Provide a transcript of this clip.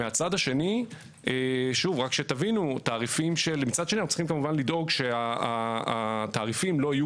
מצד שני אנחנו צריכים כמובן לדאוג שהתעריפים לא יהיו